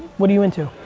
what are you into?